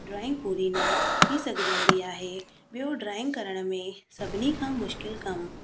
drawing पूरी न थी सघिजंदी आहे ॿियो ड्रॉईंग करण में सभिनी खां मुश्किलु कमु